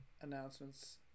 announcements